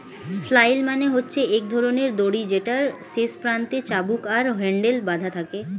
flail মানে হচ্ছে এক ধরণের দড়ি যেটার শেষ প্রান্তে চাবুক আর হ্যান্ডেল বাধা থাকে